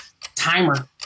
Timer